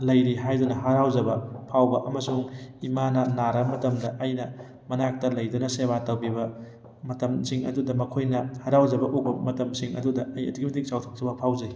ꯂꯩꯔꯤ ꯍꯥꯏꯗꯨꯅ ꯍꯔꯥꯎꯖꯕ ꯐꯥꯎꯕ ꯑꯃꯁꯨꯡ ꯏꯃꯥꯅ ꯅꯥꯔꯕ ꯃꯇꯝꯗ ꯑꯩꯅ ꯃꯅꯥꯛꯇ ꯂꯩꯗꯨꯅ ꯁꯦꯕꯥ ꯇꯧꯕꯤꯕ ꯃꯇꯝꯁꯤꯡ ꯑꯗꯨꯗ ꯃꯈꯣꯏꯅ ꯍꯔꯥꯎꯖꯕ ꯎꯕ ꯃꯇꯝꯁꯤꯡ ꯑꯗꯨꯗ ꯑꯩ ꯑꯗꯨꯛꯀꯤ ꯃꯇꯤꯛ ꯆꯥꯎꯊꯣꯛꯆꯕ ꯐꯥꯎꯖꯩ